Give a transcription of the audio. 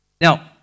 Now